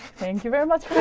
thank you, very much for